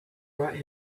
brought